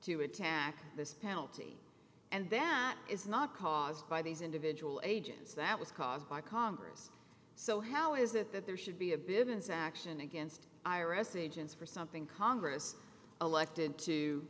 to attack this penalty and that is not caused by these individual agents that was caused by congress so how is it that there should be a bit in saxon against iris agents for something congress elected to